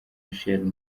michel